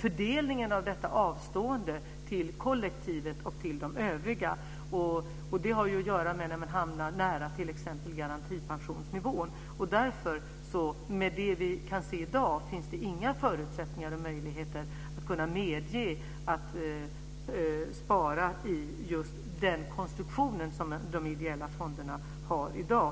fördelningen av detta avstående till kollektivet. Det har att göra med när man hamnar nära garantipensionsnivån. Med det vi kan se i dag finns det inga förutsättningar och möjligheter att kunna medge att spara i den konstruktion som de ideella fonderna har i dag.